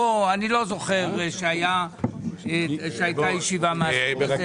אני לא זוכר שהייתה ישיבה מהסוג הזה.